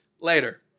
later